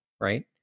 right